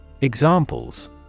Examples